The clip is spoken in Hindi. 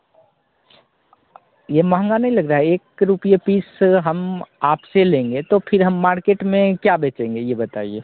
यह महँगा नहीं लग रहा है एक रुपिया पीस हम आपसे लेंगे तो फिर हम मार्केट में क्या बेचेंगे यह बताइए